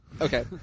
Okay